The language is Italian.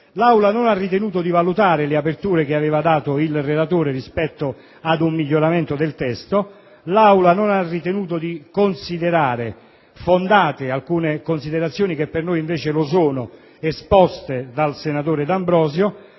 L'Aula non ha ritenuto di valutare le aperture offerte dal relatore rispetto ad un miglioramento del testo; non ha ritenuto di considerare fondate alcune osservazioni che per noi invece lo sono, esposte dal senatore D'Ambrosio;